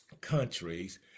countries